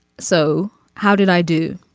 so how did i do.